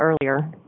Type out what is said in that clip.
earlier